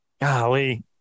golly